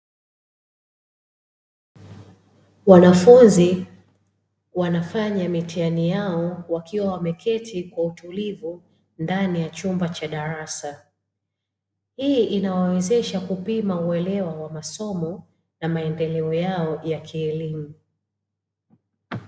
Wanafunzi wanafanya mitihani yao wakiwa wameketi kwa utulivu ndani ya chumba cha darasa, hii inawawezesha kupima uelewa wa masomo na maendeleo yao ya kielimu.